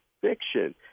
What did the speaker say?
fiction